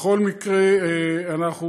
בכל מקרה, אנחנו